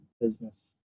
business